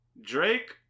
Drake